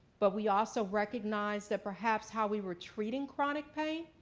but we also recognize that perhaps how we were treating chronic pain,